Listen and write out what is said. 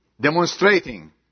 demonstrating